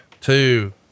two